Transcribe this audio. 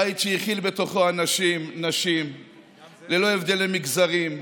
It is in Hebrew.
בית שהכיל בתוכו אנשים ונשים ללא הבדלי מגזרים,